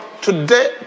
today